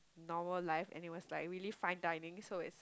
normal life and it was like really fine dining so it's